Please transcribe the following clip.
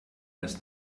das